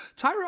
Tyra